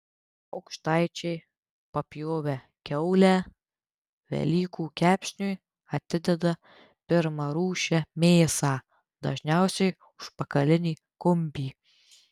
aukštaičiai papjovę kiaulę velykų kepsniui atideda pirmarūšę mėsą dažniausiai užpakalinį kumpį